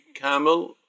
camel